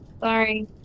Sorry